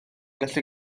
gallu